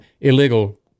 illegal